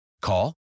Call